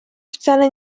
wcale